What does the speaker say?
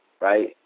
right